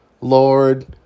Lord